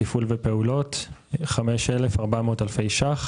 תפעול ופעולות 5,400 אלפי שקלים